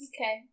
Okay